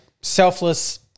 selfless